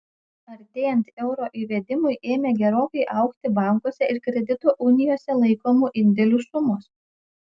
artėjant euro įvedimui ėmė gerokai augti bankuose ir kredito unijose laikomų indėlių sumos